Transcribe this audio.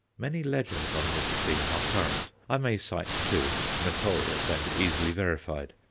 many legends on this theme are current i may cite two, notorious and easily verified.